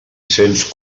cents